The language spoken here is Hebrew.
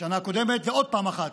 בשנה הקודמת ועוד פעם אחת